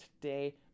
today